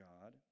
God